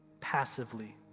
passively